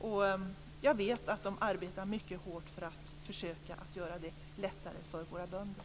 Och jag vet att Jordbruksverket arbetar mycket hårt för att försöka göra det lättare för våra bönder.